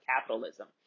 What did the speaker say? capitalism